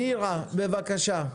נירה שפק, בבקשה.